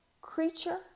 creature